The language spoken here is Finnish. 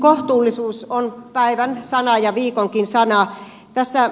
kohtuullisuus on päivän sana ja viikonkin sana